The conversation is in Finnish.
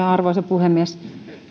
arvoisa puhemies